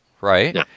right